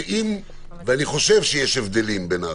ואני חושב שיש הבדלים בין הרשויות,